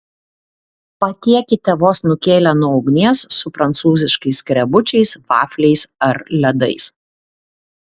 patiekite vos nukėlę nuo ugnies su prancūziškais skrebučiais vafliais ar ledais